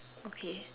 okay